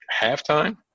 halftime